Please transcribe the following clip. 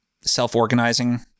self-organizing